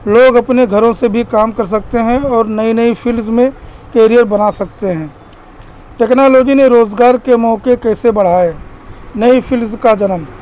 لوگ اپنے گھروں سے بھی کام کر سکتے ہیں اور نئی نئی فیلڈز میں کیریئر بنا سکتے ہیں ٹیکنالوجی نے روزگار کے مواقع کیسے بڑھائے نئی فیلڈز کا جنم